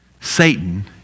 Satan